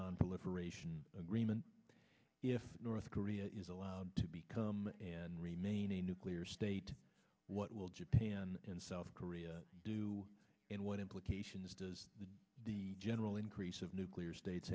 nonproliferation agreement if north korea is allowed to become and remain a nuclear state what will japan and south korea do and what implications does the general increase of nuclear states